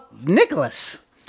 Nicholas